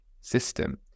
system